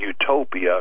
utopia